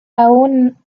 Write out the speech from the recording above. aún